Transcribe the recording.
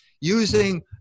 using